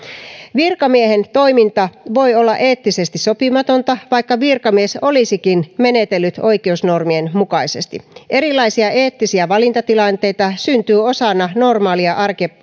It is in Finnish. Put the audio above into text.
virkamiehen toiminta voi olla eettisesti sopimatonta vaikka virkamies olisikin menetellyt oikeusnormien mukaisesti erilaisia eettisiä valintatilanteita syntyy osana normaalia